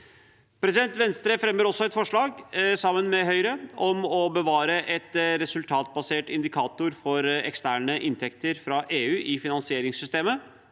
vurderes. Venstre fremmer også et forslag sammen med Høyre om å bevare en resultatbasert indikator for eksterne inntekter fra EU i finansieringssystemet.